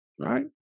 Right